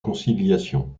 conciliation